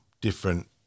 different